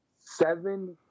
seven